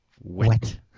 wet